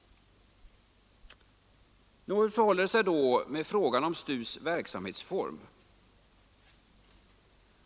Nå, hur förhåller det sig då med frågan om STU:s verksamhetsform?